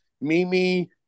mimi